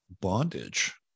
bondage